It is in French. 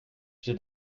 j’ai